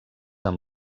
amb